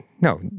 no